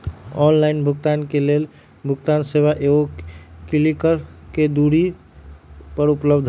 online भुगतान के लेल भुगतान सेवा एगो क्लिक के दूरी पर उपलब्ध हइ